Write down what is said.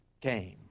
came